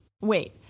Wait